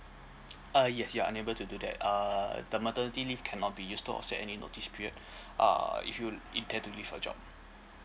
uh yes you're unable to do that uh the maternity leave cannot be used to offset any notice period uh if you intend to leave your job